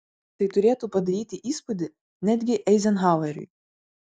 tai turėtų padaryti įspūdį netgi eizenhaueriui